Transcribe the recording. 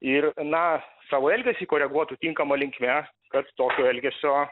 ir na savo elgesį koreguotų tinkama linkme kad tokio elgesio